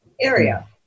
area